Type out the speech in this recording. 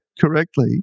correctly